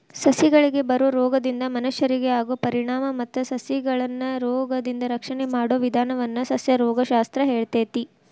ಸಸಿಗಳಿಗೆ ಬರೋ ರೋಗದಿಂದ ಮನಷ್ಯರಿಗೆ ಆಗೋ ಪರಿಣಾಮ ಮತ್ತ ಸಸಿಗಳನ್ನರೋಗದಿಂದ ರಕ್ಷಣೆ ಮಾಡೋ ವಿದಾನವನ್ನ ಸಸ್ಯರೋಗ ಶಾಸ್ತ್ರ ಹೇಳ್ತೇತಿ